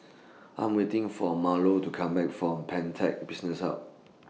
I'm waiting For Marlo to Come Back from Pantech Business Hub